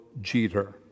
Jeter